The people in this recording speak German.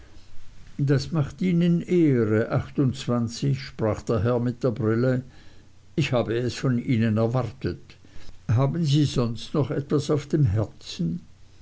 das macht ihnen ehre sprach der herr mit der brille ich habe es von ihnen erwartet haben sie sonst noch etwas auf dem herzen